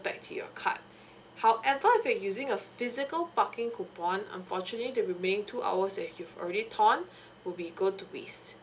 back to your card however if you're using a physical parking coupon unfortunately the remaining two hours that you've already torn would be go to waste